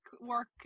work